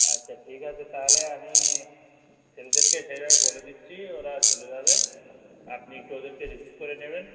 আচ্ছা ঠিক আছে তাহলে আমি ছেলেদেরকে সেইভাবে বলে দিচ্ছি ওরা চলে যাবে আপনি একটু ওদেরকে রিসিভ করে নেবেন